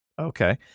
Okay